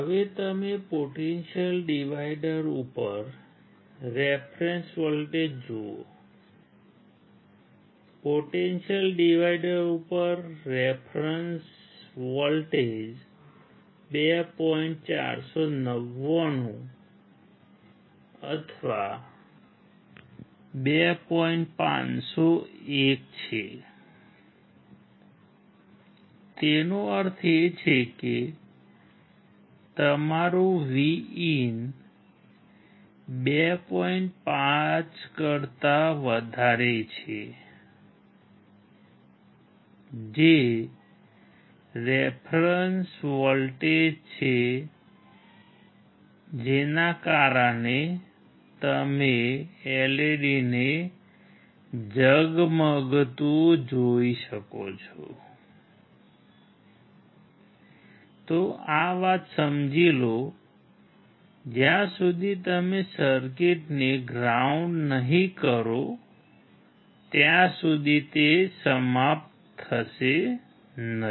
હવે તમે potential divider થશે નહીં